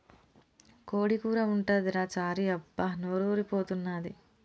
కోడి కూర ఉంటదిరా చారీ అబ్బా నోరూరి పోతన్నాది